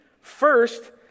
first